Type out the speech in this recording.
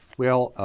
well,